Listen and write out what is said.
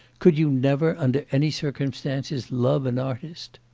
could you never under any circumstances love an artist